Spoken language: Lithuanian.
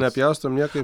nepjaustom niekaip